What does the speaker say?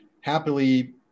happily